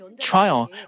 trial